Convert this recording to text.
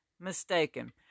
mistaken